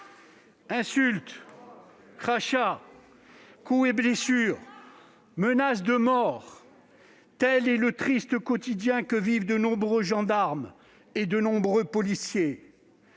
Insultes, crachats, coups et blessures, menaces de mort, tel est le triste quotidien que vivent de nombreux gendarmes et policiers,